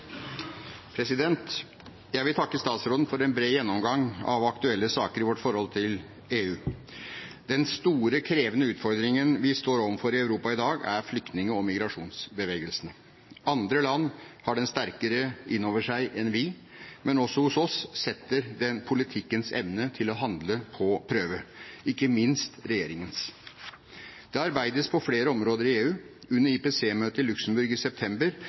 Jeg vil takke statsråden for en bred gjennomgang av aktuelle saker i vårt forhold til EU. Den store, krevende utfordringen vi står overfor i Europa i dag, er flyktning- og migrasjonsbevegelsene. Andre land har den sterkere inn over seg enn vi, men også hos oss setter den politikkens evne til å handle på prøve – ikke minst regjeringens. Det arbeides på flere områder i EU. Under IPC-møtet i Luxembourg i september